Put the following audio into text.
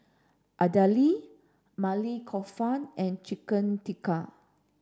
Idili Maili Kofta and Chicken Tikka